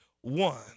one